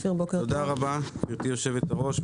תודה רבה גברתי יושבת הראש,